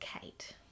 Kate